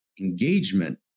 engagement